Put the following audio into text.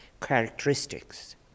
characteristics